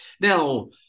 Now